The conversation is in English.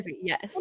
yes